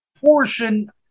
portion